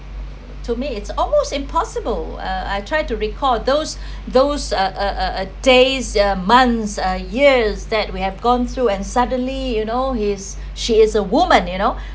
to me is almost impossible uh I try to recall those those err days the months years that we have gone through and suddenly you know is she is a woman you know